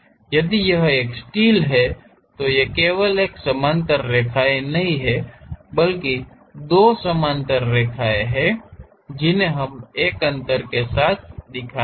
यदि यह एक स्टील है तो ये केवल एक समानांतर रेखाएं नहीं हैं बल्कि दो समानांतर रेखाएं हैं जिन्हें हमें एक अंतर के साथ दिखाना है